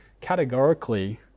categorically